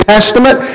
Testament